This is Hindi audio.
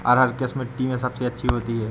अरहर किस मिट्टी में अच्छी होती है?